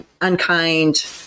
unkind